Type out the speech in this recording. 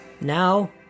Now